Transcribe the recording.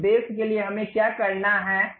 उस उद्देश्य के लिए हमें क्या करना है